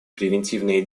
превентивной